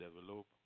develop